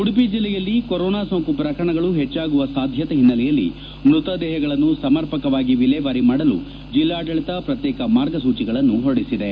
ಉಡುಪಿ ಜಿಲ್ಲೆಯಲ್ಲಿ ಕೊರೊನಾ ಸೋಂಕು ಪ್ರಕರಣಗಳು ಹೆಚ್ಚಾಗುವ ಸಾಧ್ಯತೆ ಹಿನ್ನೆಲೆಯಲ್ಲಿ ಮೃತದೇಹಗಳನ್ನು ಸಮರ್ಪಕವಾಗಿ ವಿಲೇವಾರಿ ಮಾಡಲು ಜಿಲ್ಲಾಡಳಿತ ಪ್ರತ್ಯೇಕ ಮಾರ್ಗಸೂಚಿಗಳನ್ನು ಹೊರಡಿಸಿದೆ